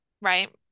right